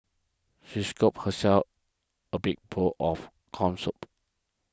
she scooped herself a big bowl of Corn Soup